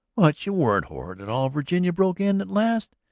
but you weren't horrid at all, virginia broke in at last,